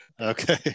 Okay